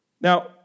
Now